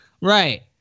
Right